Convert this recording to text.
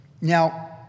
Now